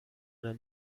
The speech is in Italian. dal